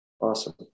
Awesome